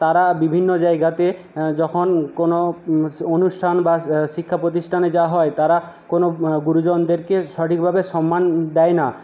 তারা বিভিন্ন জায়গাতে যখন কোন অনুষ্ঠান বা শিক্ষা প্রতিষ্ঠানে যাওয়া হয় তারা কোন গুরুজনদেরকে সঠিকভাবে সম্মান দেয় না